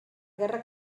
guerra